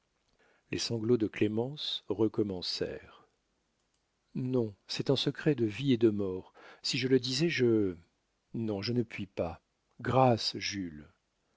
les sanglots de clémence recommencèrent non c'est un secret de vie et de mort si je le disais je non je ne puis pas grâce jules